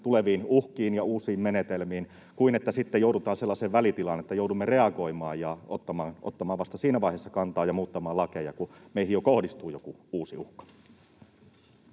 tuleviin uhkiin ja uusiin menetelmiin, sen sijaan että sitten joudutaan sellaiseen välitilaan, että joudumme reagoimaan ja ottamaan vasta siinä vaiheessa kantaa ja muuttamaan lakeja, kun meihin jo kohdistuu joku uusi uhka?